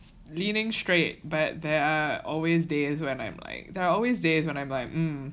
leaning straight but there are always days when I'm like there always days when I am like